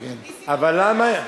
נסים, כמה שנים.